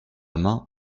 main